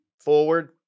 forward